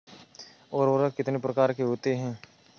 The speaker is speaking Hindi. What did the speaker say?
उर्वरक कितने प्रकार के होते हैं?